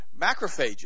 macrophages